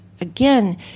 again